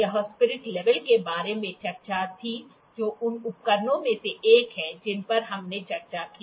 यह spirit level के बारे में चर्चा थी जो उन उपकरणों में से एक है जिन पर हमने चर्चा की